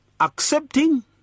accepting